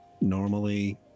normally